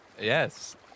Yes